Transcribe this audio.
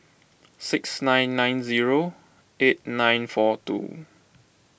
six nine nine zero eight nine four two